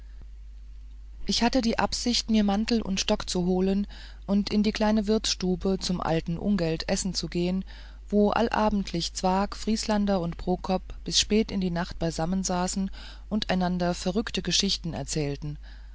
ich hatte die absicht mir mantel und stock zu holen und in die kleine wirtsstube zum alten ungelt essen zu gehen wo allabendlich zwakh vrieslander und prokop bis spät in die nacht beisammen saßen und einander verrückte geschichten erzählten